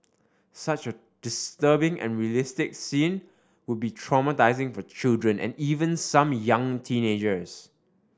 such a disturbing and realistic scene would be traumatising for children and even some young teenagers